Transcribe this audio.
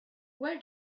where